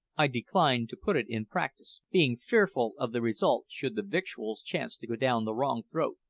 i declined to put it in practice, being fearful of the result should the victuals chance to go down the wrong throat.